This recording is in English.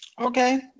Okay